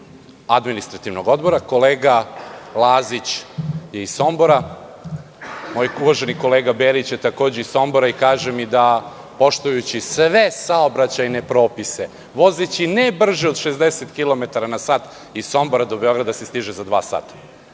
Administrativnog odbora. Kolega Lazić je iz Sombora. Moj uvaženi kolega Berić je takođe iz Sombora i kaže mi da, poštujući sve saobraćajne propise, vozeći ne brže od 60 kilometara na sat, iz Sombora do Beograda se stiže za dva